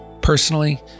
Personally